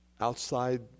outside